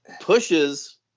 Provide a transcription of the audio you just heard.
pushes